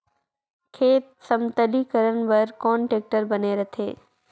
खेत समतलीकरण बर कौन टेक्टर बने रथे?